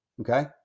Okay